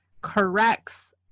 corrects